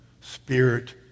Spirit